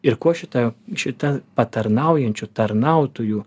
ir kuo šita šita patarnaujančių tarnautojų